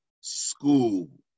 school